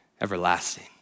everlasting